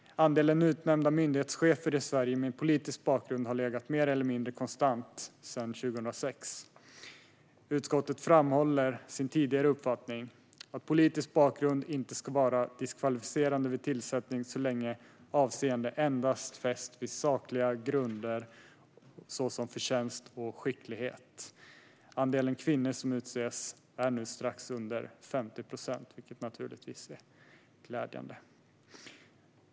Andelen utnämnda myndighetschefer i Sverige med politisk bakgrund har legat mer eller mindre konstant sedan 2006. Utskottet framhåller sin tidigare uppfattning att politisk bakgrund inte ska vara diskvalificerande vid tillsättningen så länge avseende endast fästs vid sakliga grunder såsom förtjänst och skicklighet. Andelen kvinnor som utses är nu strax under 50 procent, vilket givetvis är glädjande.